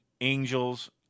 angels